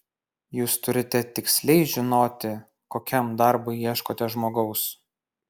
jūs turite tiksliai žinoti kokiam darbui ieškote žmogaus